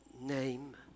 name